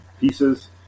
pieces